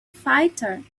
fighter